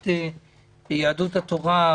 גדולה.